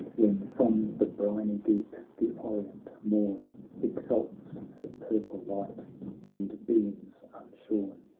when from the briny deep the orient morn exalts light and beams unshorn,